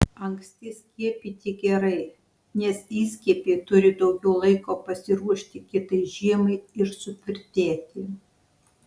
anksti skiepyti gerai nes įskiepiai turi daugiau laiko pasiruošti kitai žiemai ir sutvirtėti